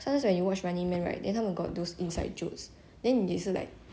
don't really understand 他们在讲什么 then a bit like err okay